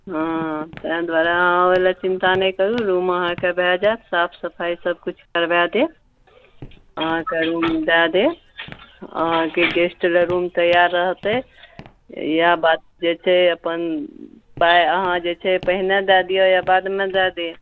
हँ ताहि दुआरे अहाँ ओहि लए चिन्ता नहि करू रूम अहाँके भए जाएत साफ सफाइ सबकिछु करबाए देब अहाँके रूम दए देब अहाँके गेस्ट लऽ रूम तैयार रहतै इएह बाद जे छै अपन पाइ अहाँ जे छै पहिने दए दिअ या बादमे दऽ देब